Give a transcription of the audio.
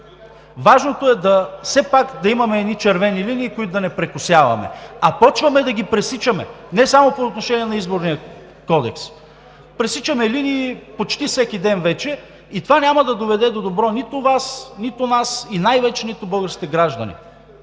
Важното е все пак да имаме едни червени линии, които да не прекосяваме. А започваме да ги пресичаме не само по отношение на Изборния кодекс. Пресичаме линии почти всеки ден вече и това няма да доведе до добро нито Вас, нито нас, и най-вече българските граждани.